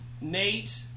Nate